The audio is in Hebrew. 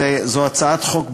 זו הצעת חוק,